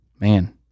Man